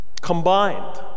Combined